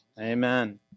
Amen